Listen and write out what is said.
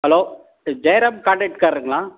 hello இது Jayaram contract காரருங்களா